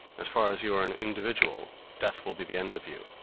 as far as you are an individual, death will be the end of you.